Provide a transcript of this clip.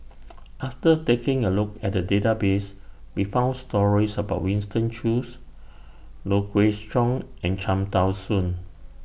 after taking A Look At The Database We found stories about Winston Choos Low Kway Song and Cham Tao Soon